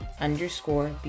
underscore